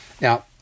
Now